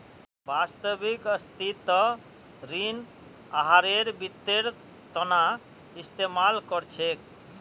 वास्तविक स्थितित ऋण आहारेर वित्तेर तना इस्तेमाल कर छेक